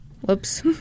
Whoops